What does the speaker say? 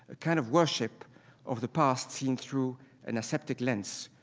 kind of worship of the past seen through an aseptic lens,